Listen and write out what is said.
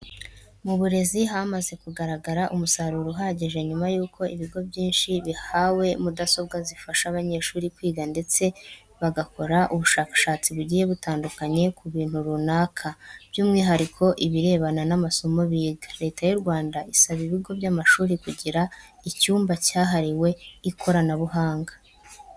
Mu burezi hamaze kugaragara umusaruro uhagije nyuma yuko ibigo byinshi bihawe mudasobwa zifasha abanyeshuri kwiga ndetse bagakora ubushakashatsi bugiye butandukanye ku bintu runaka by'umwihariko ibirebana n'amasomo biga. Leta y'u Rwanda isaba ibigo by'amashuri kugira icyumba cyahariwe ikoranabuhanga.